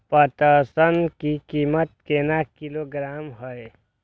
पटसन की कीमत केना किलोग्राम हय?